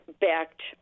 backed